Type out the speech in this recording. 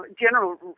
general